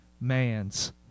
mans